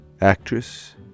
actress